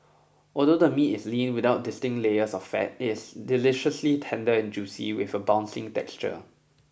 although the meat is lean without distinct layers of fat it's deliciously tender and juicy with a bouncing texture